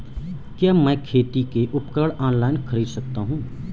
क्या मैं खेती के उपकरण ऑनलाइन खरीद सकता हूँ?